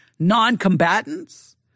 non-combatants